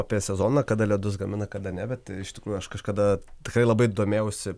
apie sezoną kada ledus gamina kada ne bet iš tikrųjų aš kažkada tikrai labai domėjausi